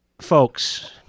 folks